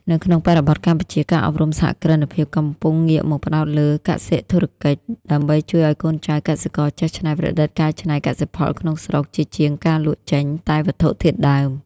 នៅក្នុងបរិបទកម្ពុជា ការអប់រំសហគ្រិនភាពកំពុងងាកមកផ្ដោតលើ "កសិ-ធុរកិច្ច" ដើម្បីជួយឱ្យកូនចៅកសិករចេះច្នៃប្រឌិតកែច្នៃកសិផលក្នុងស្រុក ជាជាងការលក់ចេញតែវត្ថុធាតុដើម។